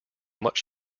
much